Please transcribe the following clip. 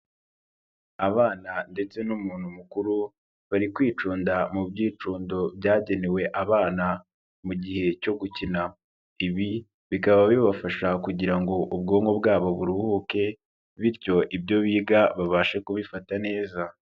Abana ndetse n'umuntu mukuru bari kwicunda mu byicundo byagenewe abana mu gihe cyo gukina, ibi bikaba bibafasha kugira ngo ubwonko bwabo buruhuke bityo ibyo biga babashe kubifata neza.